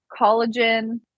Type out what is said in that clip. collagen